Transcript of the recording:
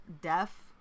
deaf